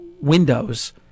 windows